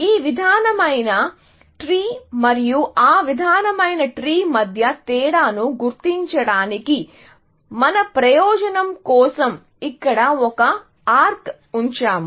ఈ విధమైన ట్రీ మరియు ఆ విధమైన ట్రీ మధ్య తేడాను గుర్తించడానికి మన ప్రయోజనం కోసం ఇక్కడ ఒక ఆర్క్ ఉంచాము